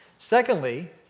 Secondly